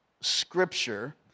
scripture